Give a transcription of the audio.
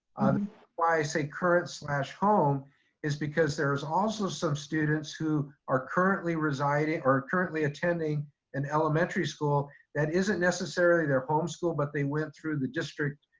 say current slash home is because there's also some students who are currently residing or currently attending an elementary school that isn't necessarily their home school, but they went through the district,